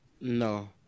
No